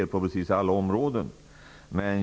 Det gäller precis alla områden.